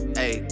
hey